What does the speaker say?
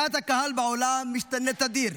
דעת הקהל בעולם משתנה תדיר,